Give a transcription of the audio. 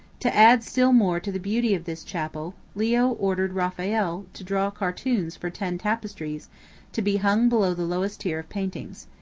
to add still more to the beauty of this chapel, leo ordered raphael to draw cartoons for ten tapestries to be hung below the lowest tier of paintings.